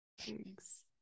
Thanks